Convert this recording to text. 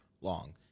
long